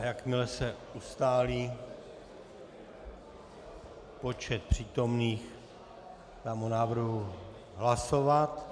Jakmile se ustálí počet přítomných, dám o návrhu hlasovat.